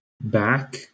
back